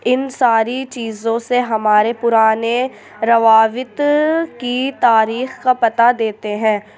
ان ساری چیزوں سے ہمارے پرانے روابط کی تاریخ کا پتہ دیتے ہیں